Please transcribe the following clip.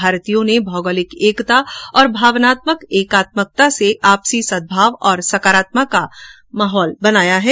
भारतीयों ने भौगोलिक एकता और भावानात्मक एकात्मकता से आपसी सद्भाव और सकारात्मकता का वातावरण बनाया है